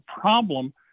problem